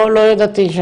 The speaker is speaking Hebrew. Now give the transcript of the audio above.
לא ידעתי.